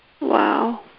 Wow